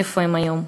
איפה הן היום?